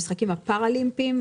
המשחקים הפאראלימפיים,